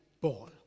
ball